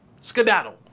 skedaddle